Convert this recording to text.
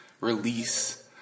release